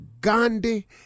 Gandhi